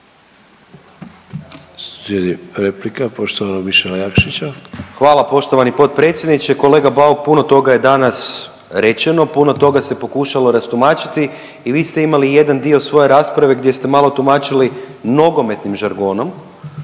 Hvala poštovani potpredsjedniče. Kolega Bauk, puno toga je danas rečeno, puno toga se pokušalo rastumačiti i vi ste imali jedan dio svoje rasprave gdje ste malo tumačili nogometnim žargonom